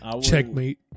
Checkmate